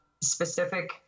specific